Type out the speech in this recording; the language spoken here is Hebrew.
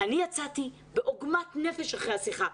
אני יצאתי בעגמת נפש אחרי השיחה.